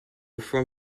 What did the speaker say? from